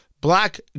black